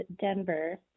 Denver